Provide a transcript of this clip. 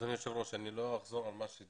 אדוני היושב ראש, אני לא אחזור על דברים שנאמרו.